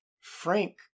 frank